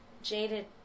Jaded